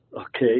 Okay